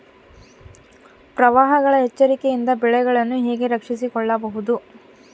ಪ್ರವಾಹಗಳ ಎಚ್ಚರಿಕೆಯಿಂದ ಬೆಳೆಗಳನ್ನು ಹೇಗೆ ರಕ್ಷಿಸಿಕೊಳ್ಳಬಹುದು?